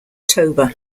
toba